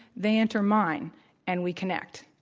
they enter mine and we connect,